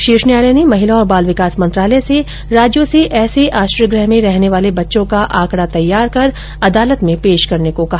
शीर्ष न्यायालय ने महिला और बाल विकास मंत्रालय से राज्यों से ऐसे आश्रय गृह में रहने वाले बच्चों का आंकड़ा तैयार कर अदालत में पेश करने को कहा